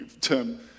term